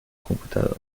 computadora